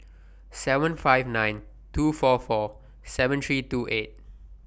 seven five nine two four four seven three two eight